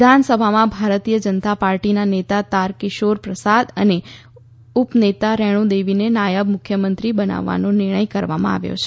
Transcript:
વિધાનસભામાં ભારતીય જનતા પાર્ટીના નેતા તારકિશોર પ્રસાદ અને ઉપનેતા રેણુ દેવીને નાયબ મુખ્યમંત્રી બનાવવાનો નિર્ણય કરવામાં આવ્યો છે